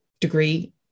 degree